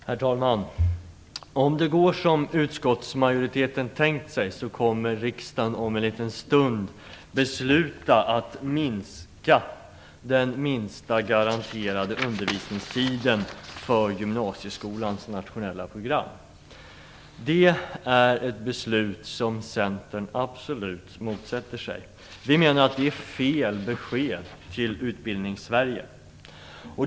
Herr talman! Om det går som utskottsmajoriteten har tänkt sig kommer riksdagen om en liten stund att fatta beslut om att minska den minsta garanterade undervisningstiden för gymnasieskolans nationella program. Det är ett beslut som vi i Centern absolut motsätter oss. Vi menar att det ger fel besked till Utbildningssverige.